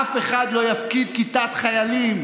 אף אחד לא יפקיד כיתת חיילים